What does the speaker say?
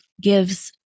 gives